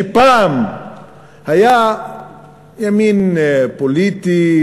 שפעם היה ימין פוליטי,